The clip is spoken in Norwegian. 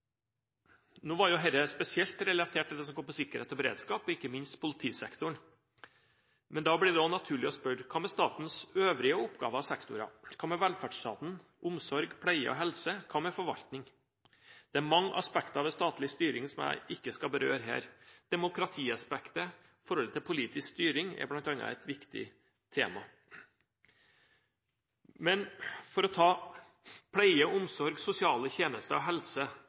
spesielt relatert til det som går på sikkerhet og beredskap, og, ikke minst, til politisektoren. Da blir det også naturlig å spørre: Hva med statens øvrige oppgaver og sektorer – hva med velferdsstaten, hva med omsorg, pleie, helse, hva med forvaltning? Det er mange aspekter ved statlig styring som jeg ikke skal berøre her. Demokratiaspektet ved politisk styring, bl.a., er et viktig tema. For å nevne pleie, omsorg, sosiale tjenester og helse,